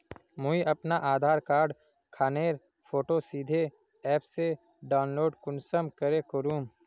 मुई अपना आधार कार्ड खानेर फोटो सीधे ऐप से डाउनलोड कुंसम करे करूम?